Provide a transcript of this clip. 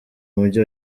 mujyi